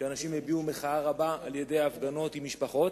כשאנשים הביעו מחאה רבה על-ידי הפגנות עם משפחות,